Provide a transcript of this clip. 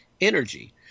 energy